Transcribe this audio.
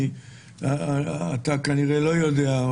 אתה כנראה לא יודע,